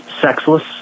sexless